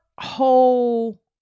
whole